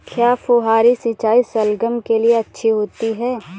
क्या फुहारी सिंचाई शलगम के लिए अच्छी होती है?